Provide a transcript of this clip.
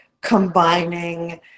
combining